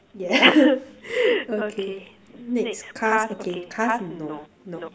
yeah okay next cars okay cars is no nope